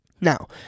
Now